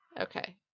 Okay